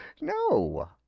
No